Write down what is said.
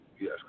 Yes